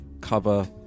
cover